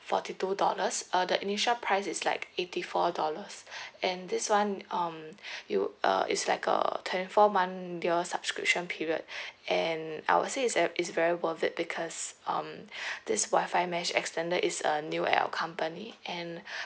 forty two dollars uh the initial price is like eighty four dollars and this one um you uh it's like a twenty four month year subscription period and I would say it's at it's very worth it because um this WIFI mesh extender is uh new at our company and